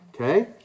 Okay